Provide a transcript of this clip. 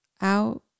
out